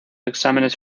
exámenes